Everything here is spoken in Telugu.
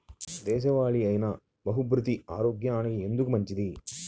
దేశవాలి అయినా బహ్రూతి ఆరోగ్యానికి ఎందుకు మంచిది?